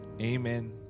Amen